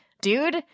dude